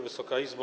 Wysoka Izbo!